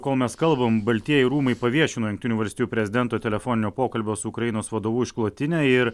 kol mes kalbam baltieji rūmai paviešino jungtinių valstijų prezidento telefoninio pokalbio su ukrainos vadovu išklotinę ir